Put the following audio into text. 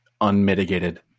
unmitigated